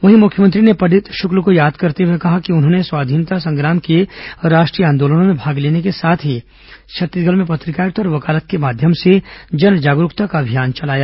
वहीं मुख्यमंत्री ने पंडित शुक्ल को याद करते हुए कहा कि उन्होंने स्वाधीनता संग्राम के राष्ट्रीय आंदोलनों में भाग लेने के साथ ही छत्तीसगढ़ में पत्रकारिता और वकालत के माध्यम से जन जागरूकता का अभियान चलाया